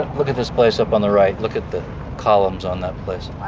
look at this place up on the right. look at the columns on that place.